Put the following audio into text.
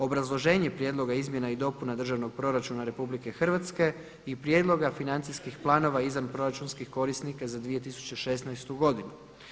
Obrazloženje prijedloga izmjena i dopuna Državnog proračuna RH i prijedloga financijskih planova izvanproračunskih korisnika za 2016. godinu.